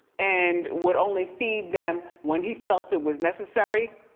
and would only feed them when he felt it was necessary.